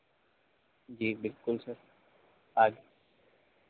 जी बिलकुल सर आइए